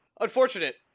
Unfortunate